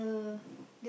the